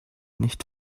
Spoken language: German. nicht